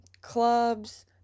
clubs